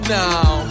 now